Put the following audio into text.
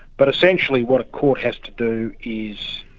but essentially what a court has to do is,